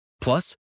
Plus